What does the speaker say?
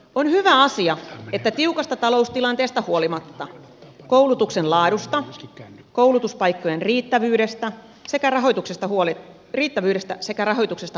on hyvä asia että tiukasta taloustilanteesta huolimatta koulutuksen laadusta koulutuspaikkojen riittävyydestä sekä rahoituksesta huolehditaan